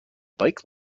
bike